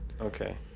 okay